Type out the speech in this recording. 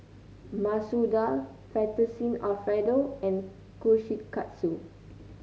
Masoor Dal Fettuccine Alfredo and Kushikatsu